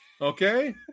Okay